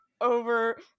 over